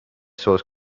source